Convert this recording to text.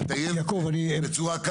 לטייב את התשואה,